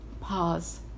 Pause